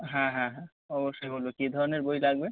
হ্যাঁ হ্যাঁ হ্যাঁ অবশ্যই বলবো কী ধরনের বই লাগবে